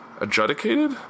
adjudicated